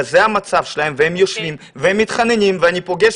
זה המצב שלהם והם יושבים והם מתחננים ואני פוגש